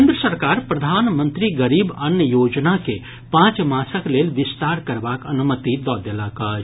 केन्द्र सरकार प्रधानमंत्री गरीब कल्याण अन्न योजना के पांच मासक लेल विस्तार करबाक अनुमति दऽ देलक अछि